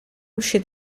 uscì